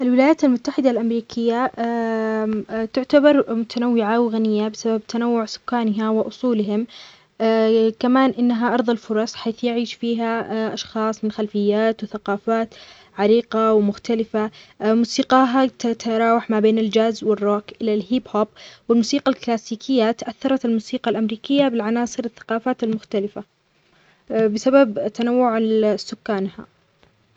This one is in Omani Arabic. ثقافة الولايات المتحدة متنوعة ومتعددة، فيها خليط من الأعراق والأديان والعادات. مشهورة في مجالات مثل التكنولوجيا والفن، وهوليوود لها تأثير كبير على العالم. تحب روح التنافس والفرص، وتقدر الحرية الشخصية. الموسيقى الأمريكية مثل الجاز والروك لها شعبية كبيرة، والثقافة الأمريكية تمثل خليط من كل شيء.